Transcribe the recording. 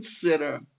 consider